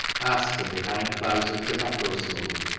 asked from behind clouds of tobacco smoke,